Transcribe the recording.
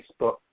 Facebook